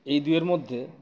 এই দুয়ের মধ্যে